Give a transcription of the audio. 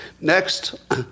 Next